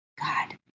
God